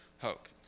hope